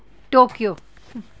Tokyo